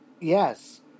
Yes